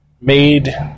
made